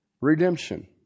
Redemption